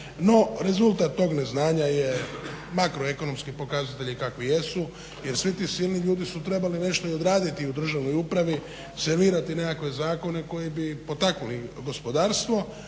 No, rezultat tog neznanja je makroekonomski pokazatelji kakvi jesu. Jer svi ti silni ljudi su trebali nešto i odraditi u državnoj upravi, servirati nekakve zakone koji bi potaknuli gospodarstvo